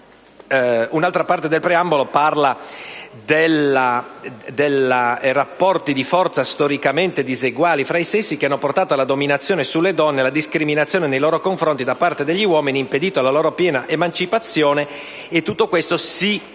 Un'altra parte del preambolo si riferisce a rapporti di forza storicamente diseguali tra i sessi, che hanno portato alla dominazione sulle donne e alla discriminazione nei loro confronti da parte degli uomini e impedito la loro piena emancipazione, e rileva che tutto questo si manifesta